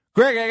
Greg